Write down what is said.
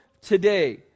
today